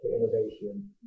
Innovation